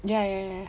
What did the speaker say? ya ya ya